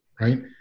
right